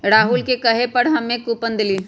राहुल के कहे पर हम्मे कूपन देलीयी